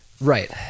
Right